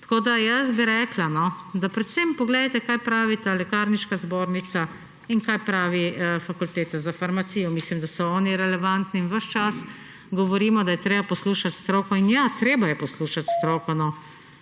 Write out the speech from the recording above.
biznis. Jaz bi rekla, da predvsem poglejte, kaj pravita Lekarniška zbornica in Fakulteta za farmacijo. Mislim, da so oni relevantni. Ves čas govorimo, da je treba poslušati stroko, in ja, treba je poslušati stroko.